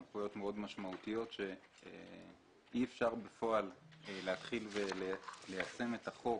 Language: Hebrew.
אלה סמכויות מאוד משמעותיות שאי אפשר בפועל להתחיל וליישם את החוק